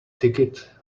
ticket